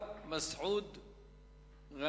אחריו, מסעוד ע'נאים.